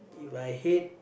If I hate